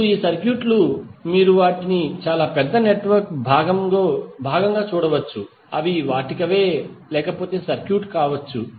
ఇప్పుడు ఈ సర్క్యూట్లు మీరు వాటిని చాలా పెద్ద నెట్వర్క్ లో భాగంగా చూడవచ్చు లేదా అవి వాటికవే సర్క్యూట్ కావచ్చు